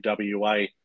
WA